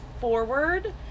forward